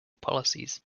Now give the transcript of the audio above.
policies